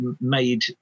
made